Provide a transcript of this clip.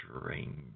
Strange